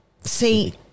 See